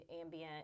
ambient